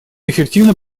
эффективно